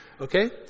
Okay